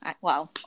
Wow